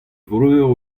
vreur